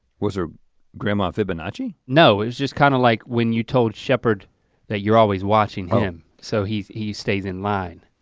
was her grandma fibonacci? no it was just kinda like when you told shepherd that you're always watching him so he he stays in line.